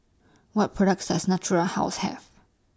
What products Does Natura House Have